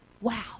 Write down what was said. wow